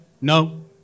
no